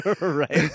Right